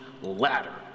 ladder